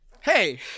Hey